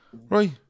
Right